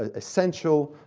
ah essential